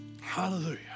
Hallelujah